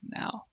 now